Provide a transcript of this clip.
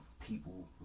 people